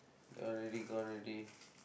gone already gone already